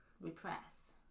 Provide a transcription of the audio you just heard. repress